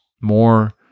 more